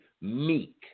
meek